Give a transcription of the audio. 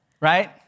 right